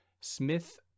smith